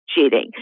cheating